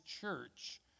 church